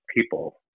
people